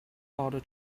harder